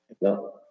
No